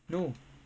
no